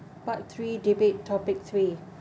part three debate topic three